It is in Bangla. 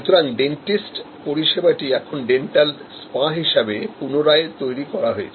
সুতরাং ডেন্টিস্ট পরিষেবাটি এখন ডেন্টাল স্পা হিসাবে পুনরায় তৈরি করা হয়েছে